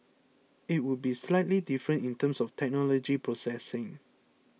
it would be slightly different in terms of technology processing